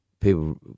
people